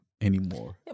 anymore